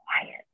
quiet